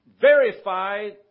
verified